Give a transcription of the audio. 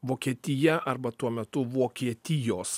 vokietija arba tuo metu vokietijos